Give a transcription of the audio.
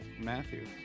Matthew